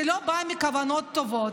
זה לא בא מכוונות טובות,